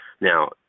Now